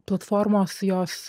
platformos jos